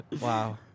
Wow